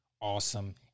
awesome